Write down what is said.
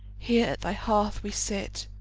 here at thy hearth we sit,